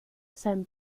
sein